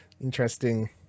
Interesting